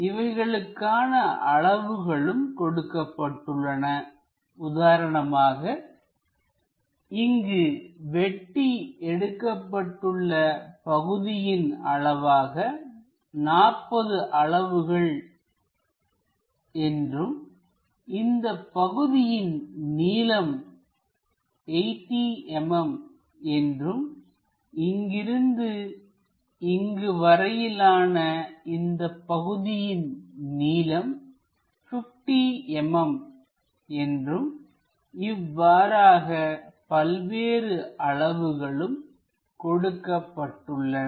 இவைகளுக்கான அளவுகளும் கொடுக்கப்பட்டுள்ளன உதாரணமாக இங்கு வெட்டி எடுக்கப்பட்டுள்ள பகுதியின் அளவுகளாக 40 அலகுகள் என்றும் இந்தப் பகுதியின் நீளம் 80 mm என்றும் இங்கிருந்து இங்கு வரையிலான இந்தப் பகுதியின் நீளம் 50 mm என்றும் இவ்வாறாக பல்வேறு அளவுகளும் கொடுக்கப்பட்டுள்ளன